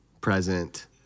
present